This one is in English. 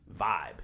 vibe